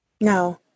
No